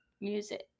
music